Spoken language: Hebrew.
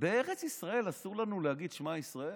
בארץ ישראל אסור לנו להגיד "שמע ישראל"?